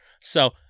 So-